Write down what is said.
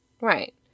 Right